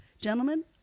gentlemen